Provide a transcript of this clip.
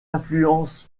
influence